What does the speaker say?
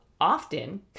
often